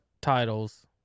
titles